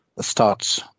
starts